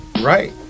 right